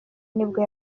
nibwo